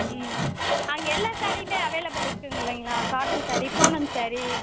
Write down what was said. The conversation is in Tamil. ம் ம் அங்கே எல்லா சாரீயுமே அவைலபிள் இருக்கும் இல்லைங்களா காட்டன் சாரீ பூனம் சாரீ